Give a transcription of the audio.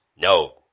No